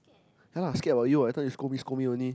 ya lah scared about you what I thought you scold me scold me only